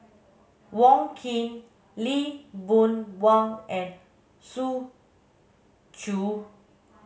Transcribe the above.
Wong Keen Lee Boon Wang and Zhu Xu